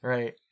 Right